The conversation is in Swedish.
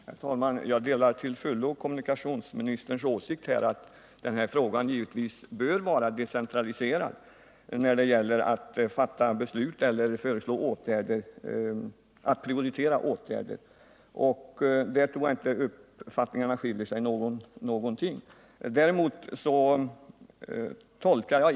Herr talman! Jag delar till fullo kommunikationsministerns åsikt att handläggningen bör vara decentraliserad när det gäller att prioritera åtgärder på vägbyggnadsområdet. Där tror jag inte att uppfattningarna skiljer sig åt någonting alls.